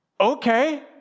Okay